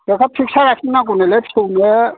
बहा पिकचार आखिनो नांगौनोलै फिसौनो